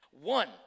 One